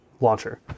Launcher